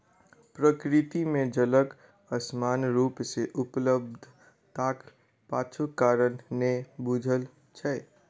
प्रकृति मे जलक असमान रूप सॅ उपलब्धताक पाछूक कारण नै बूझल छै